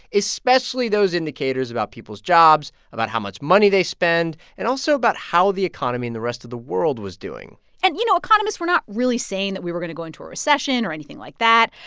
especially those indicators about people's jobs, about how much money they spend and also about how the economy in the rest of the world was doing and, you know, economists were not really saying that we were going to go into a recession or anything like that.